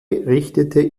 richtete